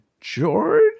George